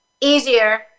easier